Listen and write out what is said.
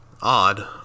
Odd